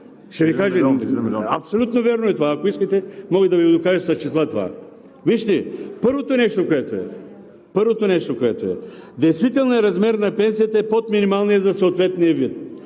Абсолютно вярно е това. Ако искате, това мога да Ви го докажа с числа. Вижте, първото нещо, което е, действителният размер на пенсията е под минималния за съответния вид.